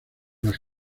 las